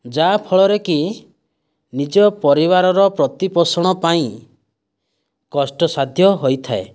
ଯାହା ଫଳରେ କି ନିଜ ପରିବାରର ପ୍ରତିପୋଷଣ ପାଇଁ କଷ୍ଟ ସାଧ୍ୟ ହୋଇଥାଏ